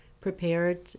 prepared